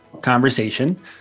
conversation